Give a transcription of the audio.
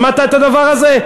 שמעת את הדבר הזה?